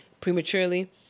prematurely